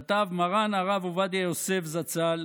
כתב מרן הרב עובדיה יוסף זצ"ל